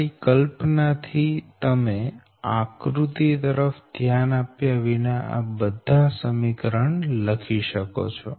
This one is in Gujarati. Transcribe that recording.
તમારી કલ્પના થી તમે આકૃતિ તરફ ધ્યાન આપ્યા વિના આ બધા સમીકરણ લખી શકો છો